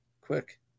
Quick